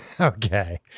Okay